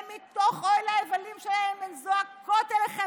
ומתוך אוהל האבלים שלהן הן זועקות אליכם